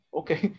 okay